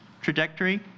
trajectory